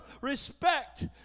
respect